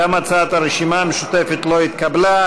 גם הצעת הרשימה המשותפת לא התקבלה.